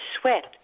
sweat